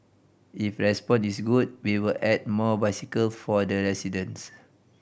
if response is good we will add more bicycle for the residents